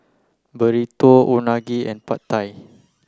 Burrito Unagi and Pad Thai